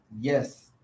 yes